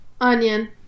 onion